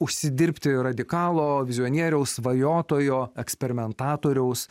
užsidirbti radikalo vizionieriaus svajotojo eksperimentatoriaus